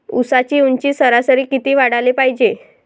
ऊसाची ऊंची सरासरी किती वाढाले पायजे?